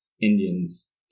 Indians